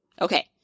Okay